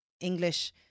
English